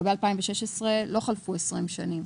לגבי 2016 לא חלפו 20 שנים.